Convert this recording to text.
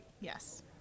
Yes